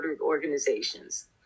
organizations